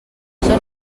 són